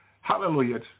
Hallelujah